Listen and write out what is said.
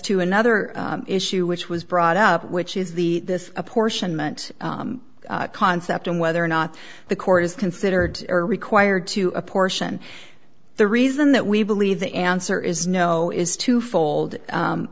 to another issue which was brought up which is the this apportionment concept and whether or not the court is considered or required to apportion the reason that we believe the answer is no is twofold